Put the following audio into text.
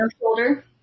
shoulder